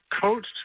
coached